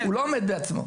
הוא לא עומד בעצמו.